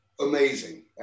amazing